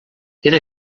era